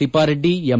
Thippareddy M